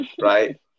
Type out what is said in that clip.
right